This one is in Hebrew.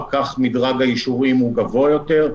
כך מדרג האישורים הוא גבוה יותר,